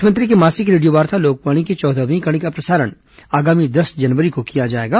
मुख्यमंत्री की मासिक रेडियो वार्ता लोकवाणी की चौदहवीं कड़ी का प्रसारण आगामी दस जनवरी को किया जाएगा